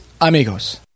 amigos